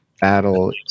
battle